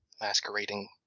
masquerading